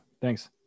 Thanks